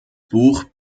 buch